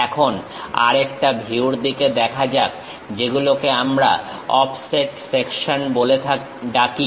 এখন আরেকটা ভিউর দিকে দেখা যাক যেগুলোকে আমরা অফসেট সেকশন বলে ডাকি